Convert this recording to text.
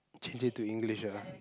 change it to English ah